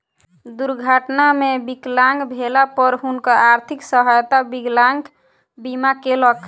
दुर्घटना मे विकलांग भेला पर हुनकर आर्थिक सहायता विकलांग बीमा केलक